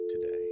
today